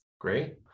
Great